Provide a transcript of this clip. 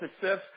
success